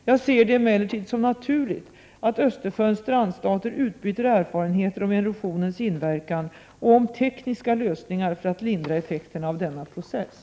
Jag ser det emellertid som naturligt att Östersjöns strandstater utbyter erfarenheter om erosionens inverkan och om tekniska lösningar för att lindra effekterna av denna process.